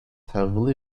heavily